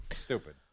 Stupid